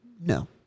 No